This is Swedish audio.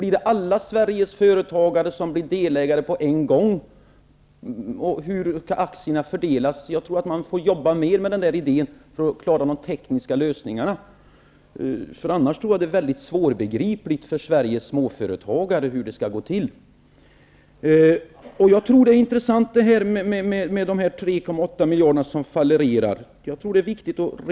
Blir alla Sveriges företagare delägare på en gång, och hur skall aktierna fördelas? Jag tror att man får jobba mer med den idén för att klara de tekniska lösningarna. Annars tror jag att det är svårt för Sveriges småföretagare att förstå hur det skall gå till. Jag tror också att det är viktigt att reda ut det här med de 3,8 miljarder som fallerar.